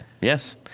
Yes